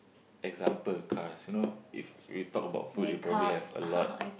example cars you know if we talk about food you probably have a lot